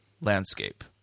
landscape